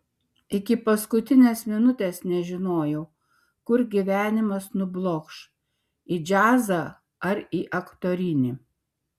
iki paskutinės minutės nežinojau kur gyvenimas nublokš į džiazą ar į aktorinį